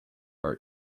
our